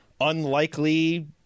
unlikely